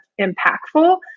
impactful